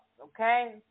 okay